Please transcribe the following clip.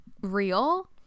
real